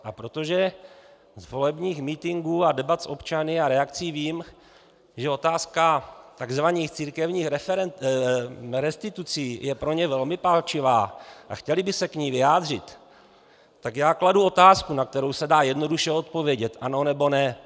A protože z volebních mítinku a debat s občany a reakcí vím, že otázka takzvaných církevních restitucí je pro ně velmi palčivá a chtěli by se k ní vyjádřit, tak já kladu otázku, na kterou se dá jednoduše odpovědět ano, nebo ne.